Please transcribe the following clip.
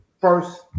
first